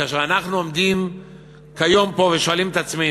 וכאשר אנחנו עומדים כיום פה ושואלים את עצמנו,